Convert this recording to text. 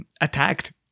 attacked